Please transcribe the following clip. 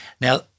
Now